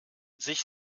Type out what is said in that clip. sich